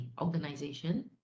organization